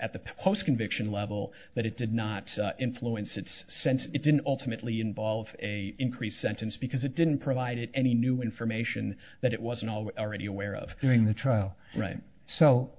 at the post conviction level that it did not influence its sense it's an ultimately involve a increased sentence because it didn't provide any new information that it wasn't already aware of during the trial so